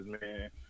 man